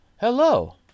hello